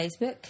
Facebook